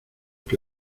que